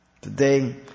Today